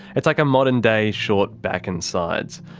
it's like a modern-day short back and sides.